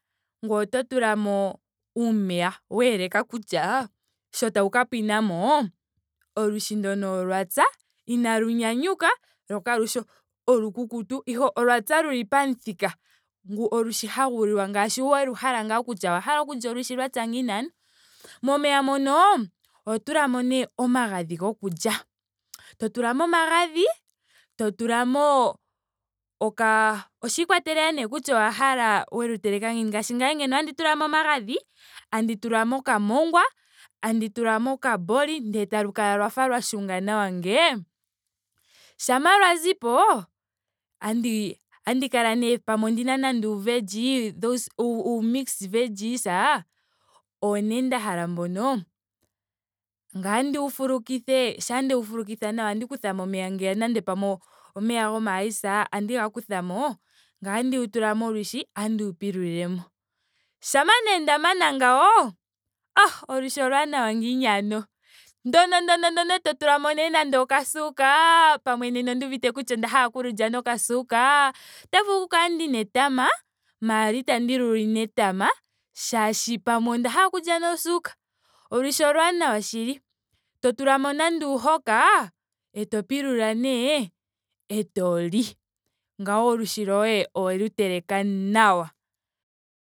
Ngoye oto tulamo uumeya weeleka kutya sho tawu ka pwinamo olwishi ndono olwa pya. inalu nyanyuka lo kalushi olukukutu ihe olwa pya luli pamuthika ngu olwishi halu liwa ngaashi wlu hala ngaa kutya owa hala okulya olwishi lwa pya ngiini ano,. Momeya mono oho tulamo nee omagadhi gokulya. To tulamo omagadhi. to tulamo okaa oshiikwatelela nee kutya owa hala wlu teleka ngiini ngaashi ngame andola otandi tulamo omagadhi. tandi tulamo okamongwa. tandi tulamo okabori. ndele talu kala lwa fa la shuna nawa ngee. Shampa lwa zipo. andi andi kala tandi nee. pamwe ondina nando uu veggies. those uu- uu mixed veggies owo nee nda hala mbono. Ngame otandi wu fulukitha. shampa ndewu fulukitha nawa ngame ote kuthamo omeya ngeya nando omeya goma ice. ohandi ga kuthamo ngame otandi wu tula molwshi. otandi wu pilulilemo. Shampa nee nda mana ngawo oh! Olwishi olwaanawa ngiini ano. Ndono ndono eto tulamo nee nando okasuuka. pamwe nena onda uvite kutya onda hala oku lu lya nokasuuka. ote vulu okukala ndina etama maara itandi lu li netama molwaashoka pamwe onda hala okulya nosuuka. Olwishi olwaanawa shili. to tulamo nando uuhoka eto pilula nee eto li. Ngawo olwishi loye owelu teleka nawa.